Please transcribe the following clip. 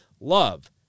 Love